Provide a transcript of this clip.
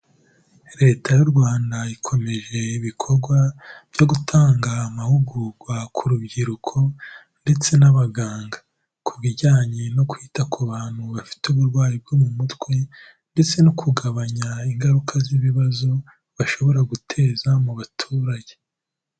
Leta y'u Rwanda ikomeje ibikorwa byo gutanga amahugurwa ku rubyiruko ndetse n'abaganga, ku bijyanye no kwita ku bantu bafite uburwayi bwo mu mutwe ndetse no kugabanya ingaruka z'ibibazo bashobora guteza mu baturage.